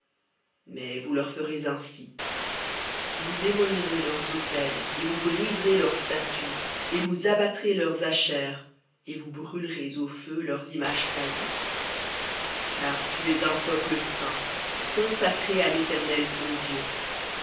mais vous leur ferez ainsi vous démolirez leurs autels et vous briserez leurs statues et vous abattrez leurs ashères et vous brûlerez au feu leurs images taillées car tu es un peuple saint à l'éternel ton dieu